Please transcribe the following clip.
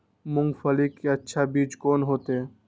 मूंगफली के अच्छा बीज कोन होते?